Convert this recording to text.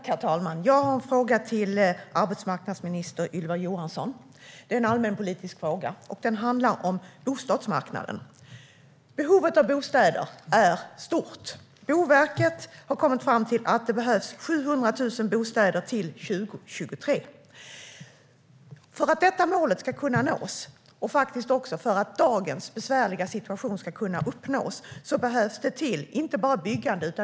Herr talman! Jag har en fråga till arbetsmarknadsminister Ylva Johansson. Det är en allmänpolitisk fråga, och den handlar om bostadsmarknaden. Behovet av bostäder är stort. Boverket har kommit fram till att det behövs 700 000 bostäder till 2023. För att vi ska kunna nå detta mål och lösa dagens besvärliga situation behövs det inte bara byggande.